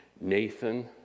Nathan